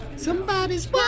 Somebody's